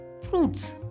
fruits